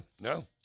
No